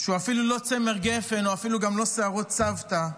שהוא אפילו לא צמר גפן, הוא אפילו לא שערות סבתא,